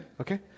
Okay